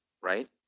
right